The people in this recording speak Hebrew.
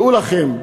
דעו לכם,